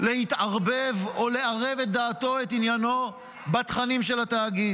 אף אחד לא בא להתערבב או לערב את דעתו או את עניינו בתכנים של התאגיד.